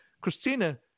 Christina